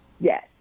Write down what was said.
Yes